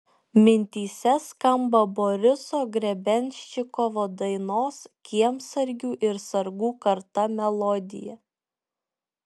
mintyse skamba boriso grebenščikovo dainos kiemsargių ir sargų karta melodija